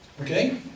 Okay